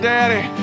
Daddy